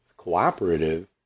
cooperative